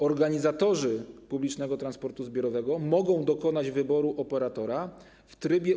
Organizatorzy publicznego transportu zbiorowego mogą dokonać wyboru operatora w trybie